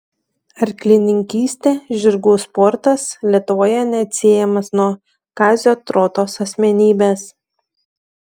arklininkystė žirgų sportas lietuvoje neatsiejamas nuo kazio trotos asmenybės